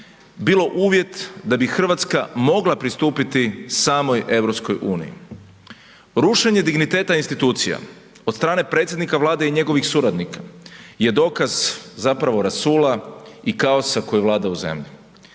bilo uvjet da bi Hrvatska mogla pristupiti samoj EU. Rušenje digniteta institucija od strane predsjednika Vlade i njegovih suradnika je dokaz rasula i kaosa koji vlada u zemlji.